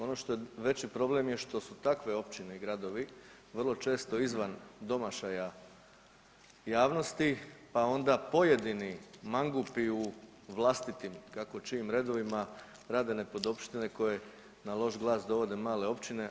Ono što je veći problem je što su takve općine i gradovi vrlo često izvan domašaja javnosti, pa onda pojedini mangupi u vlastitim kako čijim redovima rade nepodopštine koje na loš glas dovode male općine.